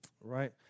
Right